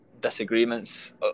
disagreements